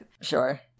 Sure